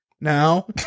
now